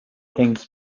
things